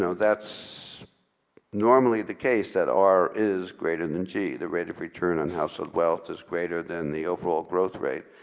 so that's normally the case that r is greater than g. the rate of return on house or wealth is greater than the overall growth rate.